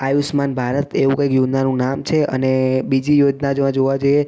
આયુષ્માન ભારત એવું કંઈક યોજનાનું નામ છે અને બીજી યોજના જો આ જોવા જઈએ